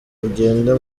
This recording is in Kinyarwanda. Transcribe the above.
ugenda